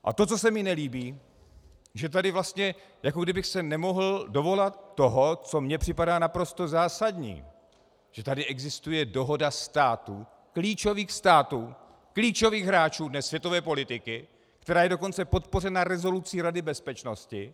A to, co se mi nelíbí, že tady vlastně, jako kdybych se nemohl dovolat toho, co mně připadá naprosto zásadní, že tady existuje dohoda států, klíčových států, klíčových hráčů dnes světové politiky, která je dokonce podpořena rezolucí Rady bezpečnosti.